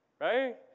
Right